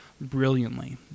brilliantly